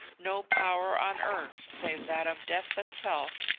no power on earth save that of death itself,